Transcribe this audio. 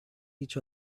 each